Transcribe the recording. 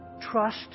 Trust